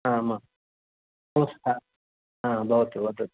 हा म संस्था आम् भवतु वदतु